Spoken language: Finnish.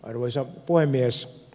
arvoisa puhemies